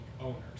owners